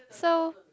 so